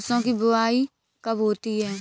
सरसों की बुआई कब होती है?